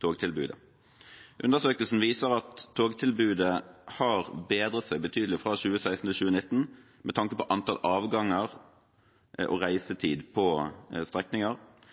togtilbudet. Undersøkelsen viser at togtilbudet har bedret seg betydelig fra 2016 til 2019, med tanke på antall avganger og reisetid på strekninger,